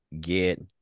get